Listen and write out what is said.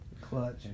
Clutch